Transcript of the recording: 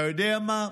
אתה יודע מה?